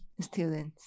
Students